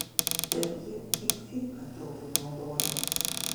tai jie dypfeiką turbūt naudojo